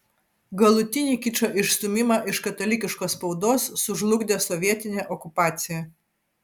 galutinį kičo išstūmimą iš katalikiškos spaudos sužlugdė sovietinė okupacija